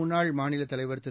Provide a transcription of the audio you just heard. முன்னாள் மாநிலத் தலைவர் திரு